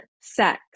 sex